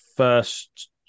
first